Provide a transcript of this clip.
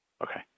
Okay